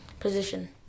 position